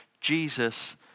Jesus